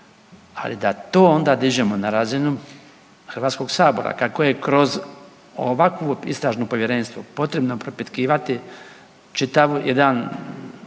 Ali da to onda dižemo na razinu Hrvatskog sabora kako je kroz ovakvo istražno povjerenstvo potrebno propitkivati čitav jedan